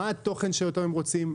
מה התוכן שאותו הם רוצים.